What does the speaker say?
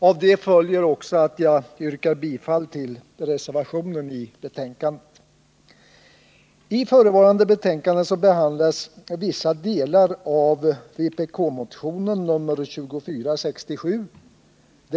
Därav följer också att jag yrkar bifall till reservationen.